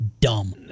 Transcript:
dumb